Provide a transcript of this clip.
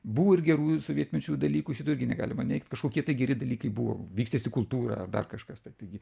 buvo ir gerųjų sovietmečiu dalykų šito irgi negalima neigt kažkokie tai geri dalykai buvo vykstėsi kultūra dar kažkas taigi